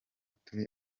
turi